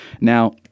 Now